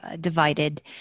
divided